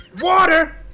Water